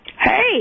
Hey